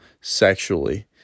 sexually